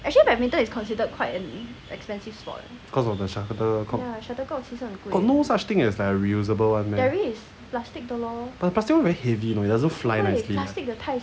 cause of the shuttlecock got no such thing as a reusable meh but plastic [one] very heavy you know it doesn't fly nicely